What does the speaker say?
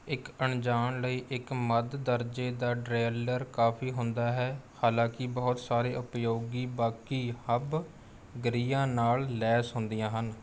ਇੱਕ ਅਣਜਾਣ ਲਈ ਇੱਕ ਮੱਧ ਦਰਜੇ ਦਾ ਡਰੈਲਰ ਕਾਫੀ ਹੁੰਦਾ ਹੈ ਹਾਲਾਂਕਿ ਬਹੁਤ ਸਾਰੇ ਉਪਯੋਗੀ ਬਾਕੀ ਹੱਬ ਗਰੀਆ ਨਾਲ ਲੈਸ ਹੁੰਦੀਆਂ ਹਨ